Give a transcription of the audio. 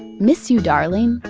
and miss you, darling,